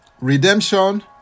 redemption